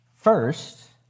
First